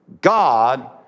God